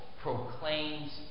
proclaims